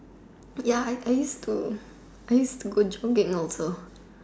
ya I use to I use to go jogging also